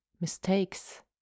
mistakes